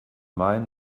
main